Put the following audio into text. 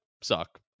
suck